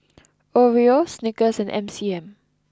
Oreo Snickers and M C M